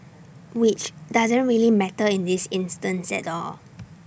which doesn't really matter in this instance at all